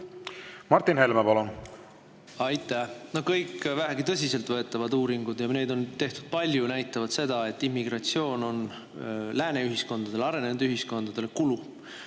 Martin Helme, palun! Aitäh! Kõik vähegi tõsiseltvõetavad uuringud – ja neid on tehtud palju – näitavad seda, et immigratsioon on lääne ühiskondadele, arenenud ühiskondadele kulu.